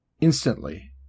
Instantly